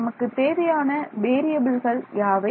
நமக்குத் தேவையான வேறியபில்கள் யாவை